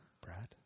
Brad